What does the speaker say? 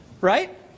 right